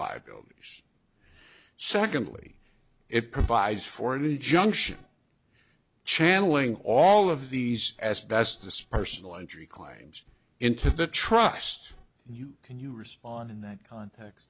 liabilities secondly it provides for an injunction channeling all of these as best this personal injury claims into the trust you can you respond in that context